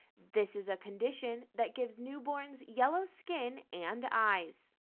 this is a condition that gives newborns yellow skin and eyes.